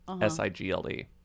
S-I-G-L-E